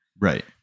right